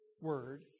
word